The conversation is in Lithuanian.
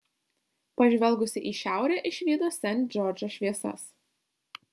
pažvelgusi į šiaurę išvydo sent džordžo šviesas